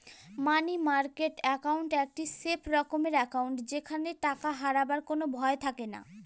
মানি market account একটি safe রকমের account যেখানে টাকা হারাবার কোনো ভয় থাকেনা